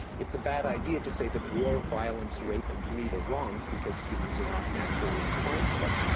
it's a bad idea to say that war, violence, rape, and greed are wrong because humans are not naturally inclined to them.